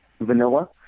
vanilla